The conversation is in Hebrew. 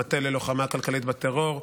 המטה ללוחמה כלכלית בטרור,